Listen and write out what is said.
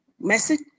message